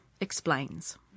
explains